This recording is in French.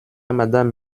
madame